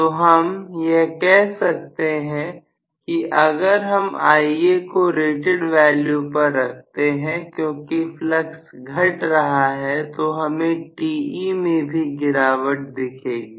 तो हम कह सकते हैं कि अगर हम Ia को रेटेड वैल्यू पर रखते हैं क्योंकि फ्लक्स घट रहा है तो हमें Te मैं भी गिरावट दिखेगी